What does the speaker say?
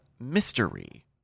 mystery